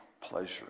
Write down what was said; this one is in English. pleasure